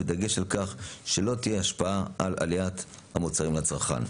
בדגש על כך שלא תהיה השפעה על עליית המוצרים לצרכן.